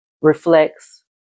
reflects